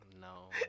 No